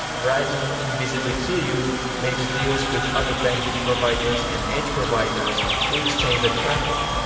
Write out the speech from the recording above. verizon, invisibly to you, makes deals with other bandwidth providers and edge providers, to exchange the traffic.